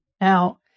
Now